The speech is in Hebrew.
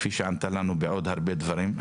כפי שענתה לנו בעוד הרבה דברים,